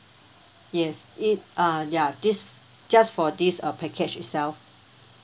yes it uh ya this just for this uh package itself